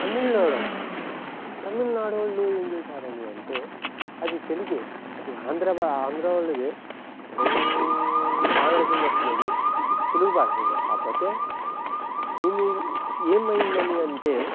తమిళనాడు తమిళనాడోళ్ళు ఏం చేశారని అంటే అది తెలుగే అది ఆంధ్ర ఆంధ్ర వాళ్ళదే తెలం ఆంధ్ర కిందొస్తదది తెలుగు భాషోళ్ళదే కాకపోతే ఏమి ఏమైందని అంటే